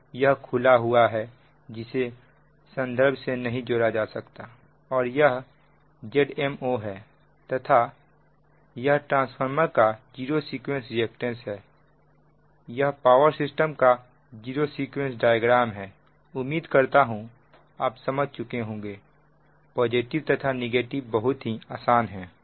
तो यह खुला हुआ है जिस को संदर्भ से नहीं जोड़ा जा सकता और यह Zmo है तो यह ट्रांसफार्मर का जीरो सीक्वेंस रिएक्टेंस है यह पावर सिस्टम का जीरो सीक्वेंस डायग्राम है उम्मीद करता हूं आप समझ चुके होंगे पॉजिटिव तथा नेगेटिव बहुत ही आसान है